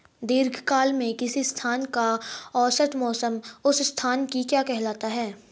दीर्घकाल में किसी स्थान का औसत मौसम उस स्थान की क्या कहलाता है?